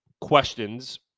questions